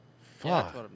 fuck